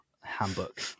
handbook